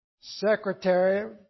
Secretary